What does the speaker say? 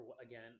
Again